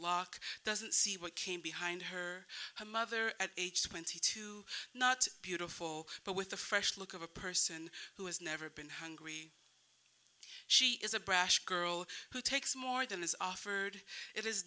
lock doesn't see what came behind her a mother at age twenty two not beautiful but with the fresh look of a person who has never been hungry she is a brash girl who takes more than is offered it is